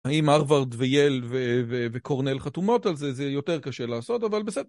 האם הרווארד וייל וקורנל חתומות על זה זה יותר קשה לעשות אבל בסדר